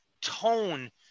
tone